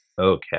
Okay